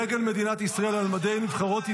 (דגל מדינת ישראל על מדי נבחרות ישראל),